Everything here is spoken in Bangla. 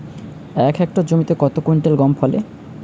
এক হেক্টর জমিতে কত কুইন্টাল গম ফলে?